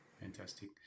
Fantastic